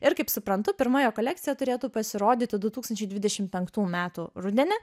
ir kaip suprantu pirma jo kolekcija turėtų pasirodyti du tūkstančiai dvidešim penktų metų rudenį